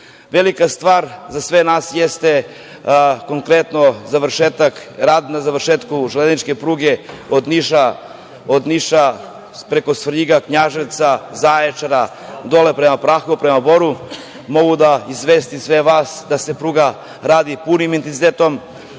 Srbije. Velika stvar za sve nas jeste konkretno rad na završetku železničke pruge od Niša preko Svrljiga, Knjaževca, Zaječara, dole prema Prahovu, prema Boru. Mogu da izvestim sve vas da se pruga radi punim intenzitetom,